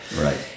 Right